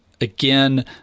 again